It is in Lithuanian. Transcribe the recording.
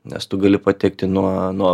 nes tu gali patekti nuo nuo